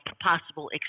possible